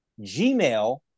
Gmail